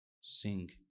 sing